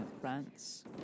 France